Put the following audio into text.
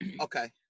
Okay